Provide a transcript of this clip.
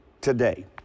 today